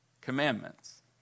commandments